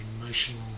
emotional